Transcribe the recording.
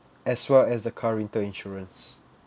as well as the car rental insurance